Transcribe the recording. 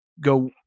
go –